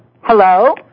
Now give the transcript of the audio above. Hello